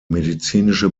medizinische